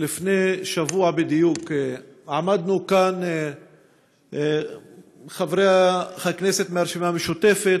לפני שבוע בדיוק עמדנו כאן חברי הכנסת מהרשימה המשותפת,